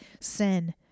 sin